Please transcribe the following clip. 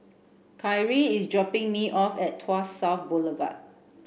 Kyrie is dropping me off at Tuas South Boulevard